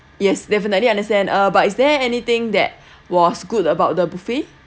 yes definitely understand uh but is there anything that was good about the buffet